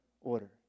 order